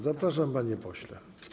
Zapraszam, panie pośle.